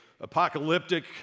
apocalyptic